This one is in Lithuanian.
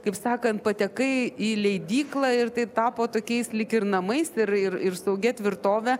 kaip sakant patekai į leidyklą ir tai tapo tokiais lyg ir namais ir ir ir saugia tvirtove